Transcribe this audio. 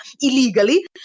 illegally